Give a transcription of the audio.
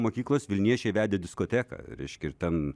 mokyklos vilniečiai vedė diskoteką reiškia ir ten